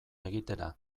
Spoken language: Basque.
egitera